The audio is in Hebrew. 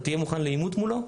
אתה תהיה מוכן לעימות מולו?